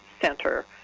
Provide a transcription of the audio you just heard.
center